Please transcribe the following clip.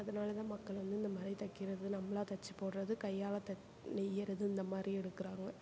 அதனால் தான் மக்கள் வந்து இந்த மாதிரி தைக்கிறது நம்மளா தைச்சிப் போடுறது கையால் தச்சு நெய்யுறது இந்த மாதிரி எடுக்கிறாங்க